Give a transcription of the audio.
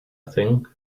think